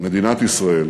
מדינת ישראל,